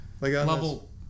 level